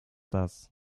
das